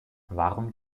warum